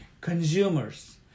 consumers